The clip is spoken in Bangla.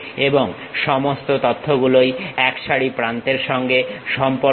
এবং সমস্ত তথ্যগুলোই একসারি প্রান্তের সঙ্গে সম্পর্কিত